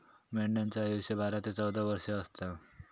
मेंढ्यांचा आयुष्य बारा ते चौदा वर्ष असता